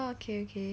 orh okay okay